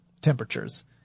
temperatures